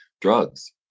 drugs